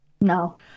No